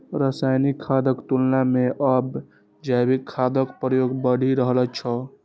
रासायनिक खादक तुलना मे आब जैविक खादक प्रयोग बढ़ि रहल छै